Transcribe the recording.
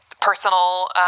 personal